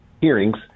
hearings